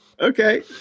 Okay